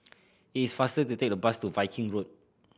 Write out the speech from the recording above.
is faster to take the bus to Viking Road